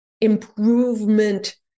improvement